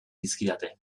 dizkidate